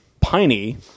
piney